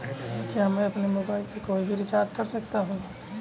क्या मैं अपने मोबाइल से कोई भी रिचार्ज कर सकता हूँ?